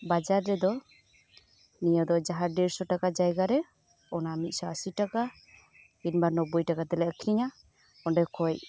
ᱵᱟᱡᱟᱨ ᱨᱮᱫᱚ ᱱᱤᱭᱟᱹ ᱫᱚ ᱡᱟᱦᱟᱸᱨᱮ ᱫᱮᱲᱥᱳ ᱴᱟᱠᱟ ᱡᱟᱭᱜᱟ ᱨᱮ ᱚᱱᱟ ᱢᱤᱫ ᱥᱳ ᱟᱥᱤ ᱴᱟᱠᱟ ᱠᱤᱢᱵᱟ ᱱᱳᱵᱽᱵᱳᱭ ᱴᱟᱠᱟ ᱛᱮᱞᱮ ᱟᱹᱠᱷᱨᱤᱧᱟ ᱚᱰᱮ ᱠᱷᱚᱱ